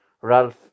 Ralph